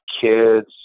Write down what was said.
kids